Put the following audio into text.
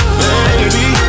baby